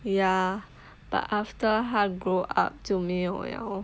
ya but after 她 grow up 就没有 liao